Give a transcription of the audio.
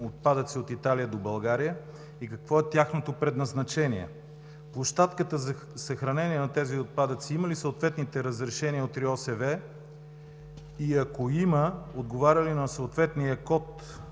отпадъци от Италия до България и какво е тяхното предназначение? Площадката за съхранение на тези отпадъци има ли съответните разрешения от РИОСВ? И ако има, отговаря ли на съответния код